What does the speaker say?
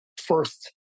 first